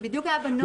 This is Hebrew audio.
זה בדיוק היה בנוסח.